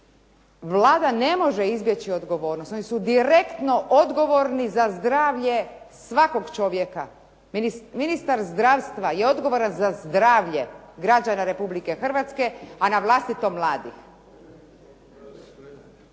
Vlada ne može izbjeći odgovornost. Oni su direktno odgovorni za zdravlje svakog čovjeka. Ministar zdravstva je odgovoran za zdravlje građana Republike Hrvatske, a na vlastito mladih.